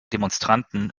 demonstranten